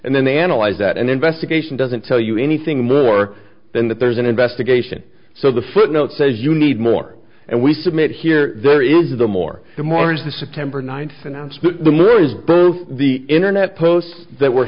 and then they analyze that an investigation doesn't tell you anything more than that there's an investigation so the footnote says you need more and we submit here there is the more the more is the september ninth announcement the murrays birth the internet posts that were